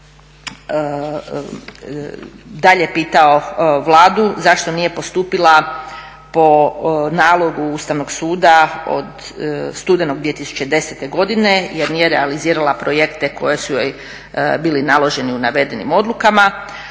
dalje pitao Vladu zašto nije postupila po nalogu Ustavnog suda od studenog 2010. godine jer nije realizirala projekte koji su joj bili naloženi u navedenim odlukama,